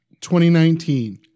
2019